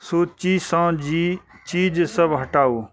सूचीसँ जी चीजसभ हटाउ